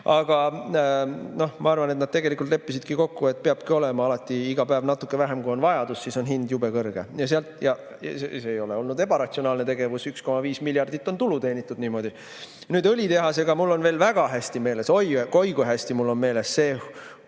Aga ma arvan, et nad tegelikult leppisid kokku, et peabki olema alati iga päev natuke vähem, kui on vajadus, siis on hind jube kõrge. Ja see ei ole olnud ebaratsionaalne tegevus, sest 1,5 miljardit on tulu teenitud niimoodi. Nüüd õlitehasest. Jaa, mul on veel väga hästi meeles, ja oi‑oi kui hästi meeles see õudne